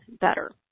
better